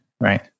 right